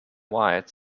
white